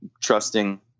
trusting